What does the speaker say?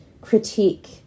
critique